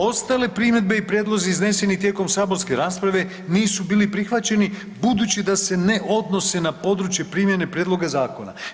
Ostale primjedbe i prijedlozi izneseni tijekom saborske rasprave nisu bili prihvaćeni budući da se ne odnose na područje primjene prijedloga zakona.